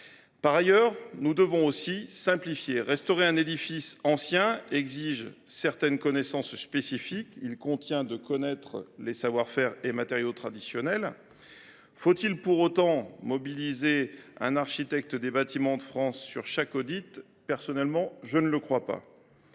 Par ailleurs, nous devons aussi simplifier. Ainsi, restaurer un édifice ancien suppose des connaissances spécifiques : il convient de connaître les savoir faire et les matériaux traditionnels. Faut il, cependant, mobiliser un architecte des Bâtiments de France (ABF) pour chaque audit ? Personnellement, je ne le crois pas.